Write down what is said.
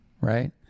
right